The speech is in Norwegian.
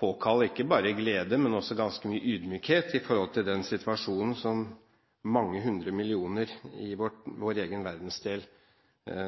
påkalle ikke bare glede, men også ganske mye ydmykhet med tanke på den situasjonen som flere hundre millioner i vår egen verdensdel